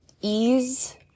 ease